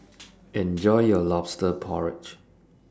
Enjoy your Lobster Porridge